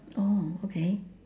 oh okay